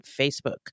Facebook